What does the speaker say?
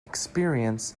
experience